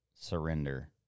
surrender